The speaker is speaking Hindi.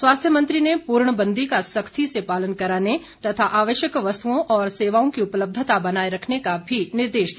स्वास्थ्य मंत्री ने पूर्णबंदी का सख्ती से पालन कराने तथा आवश्यक वस्तुओं और सेवाओं की उपलब्धता बनाए रखने का भी निर्देश दिया